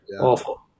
awful